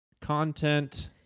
content